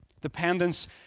Dependence